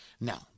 Now